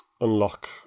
unlock